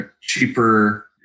cheaper